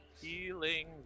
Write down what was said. Healing